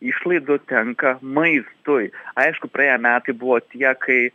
išlaidų tenka maistui aišku praėję metai buvo tie kai